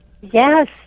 Yes